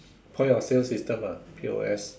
point of sales system ah P_O_S